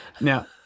Now